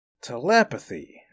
Telepathy